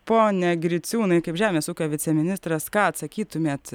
pone griciūnai kaip žemės ūkio viceministras ką atsakytumėt